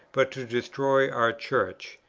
but to destroy our church.